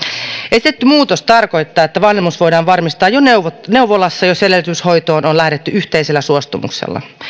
esitetty muutos tarkoittaa että vanhemmuus voidaan varmistaa jo neuvolassa jos hedelmöityshoitoon on lähdetty yhteisellä suostumuksella